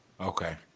okay